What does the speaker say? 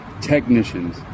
technicians